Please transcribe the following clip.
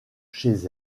chez